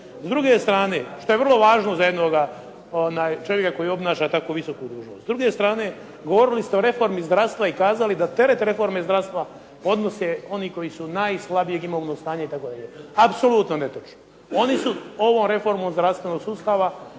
S druge strane što je vrlo važno za jednoga čovjeka koji obnaša tako visoku dužnost govorili ste o reformi zdravstva i kazali da teret reforme zdravstva podnose oni koji su najslabijeg imovnog stanja itd. Apsolutno netočno. Oni su ovom reformom zdravstvenog sustava